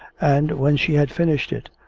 and, when she had finished it,